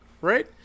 right